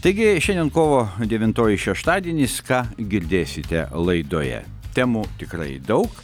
taigi šiandien kovo devintoji šeštadienis ką girdėsite laidoje temų tikrai daug